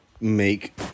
make